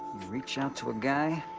reach out to a guy,